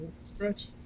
stretch